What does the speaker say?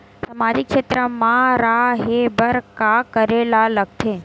सामाजिक क्षेत्र मा रा हे बार का करे ला लग थे